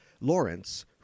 Lawrence